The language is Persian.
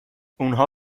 اونها